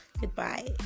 Goodbye